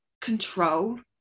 control